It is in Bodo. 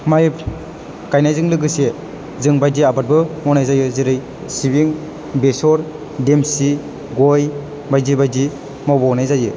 माइ गायनायजों लोगोसे जों बायदि आबादबो मावनाय जायो जेरै सिबिं बेसर देमसि गय बायदि बायदि मावबावनाय जायो